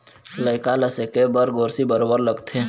लइका ल सेके बर गोरसी बरोबर लगथे